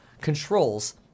controls